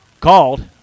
called